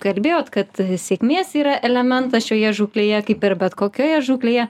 kalbėjot kad sėkmės yra elementas šioje žūklėje kaip ir bet kokioje žūklėje